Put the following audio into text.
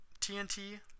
TNT